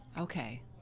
Okay